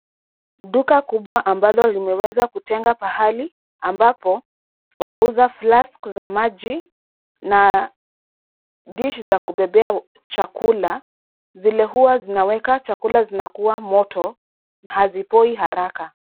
Duka kubwa ambalo limeweza kutenga pahali ambapo wanauza flasks za maji na dish za kubebea chakula zile huwa zinaweka chakula zinakuwa moto na hazipoi haraka.